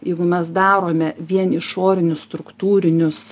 jeigu mes darome vien išorinius struktūrinius